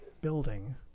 building